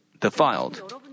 defiled